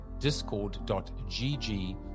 discord.gg